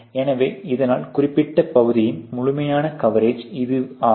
எனவே இதனால் குறிப்பிட்ட பகுதியின் முழுமையான கவரேஜ் இது ஆகும்